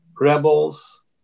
rebels